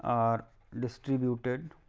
are distributed